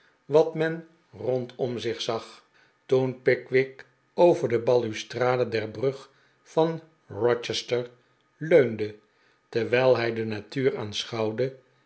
wat men mrondom zich zag toen pickwick over de balustrade der brug van rochester leunde terwijl hij de